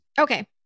Okay